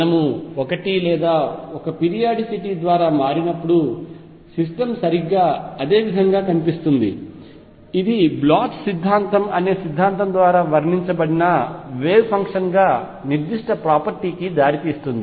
మనము ఒక లేదా పీరియాడిసిటీ ద్వారా మారినప్పుడు సిస్టమ్ సరిగ్గా అదే విధంగా కనిపిస్తుంది ఇది పొటెన్షియల్ సిద్ధాంతం అనే సిద్ధాంతం ద్వారా వర్ణించబడిన వేవ్ ఫంక్షన్ గా నిర్దిష్ట ప్రాపర్టీకి దారితీస్తుంది